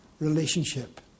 relationship